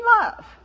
love